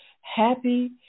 happy